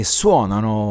suonano